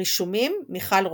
רישומים מיכל רובנר,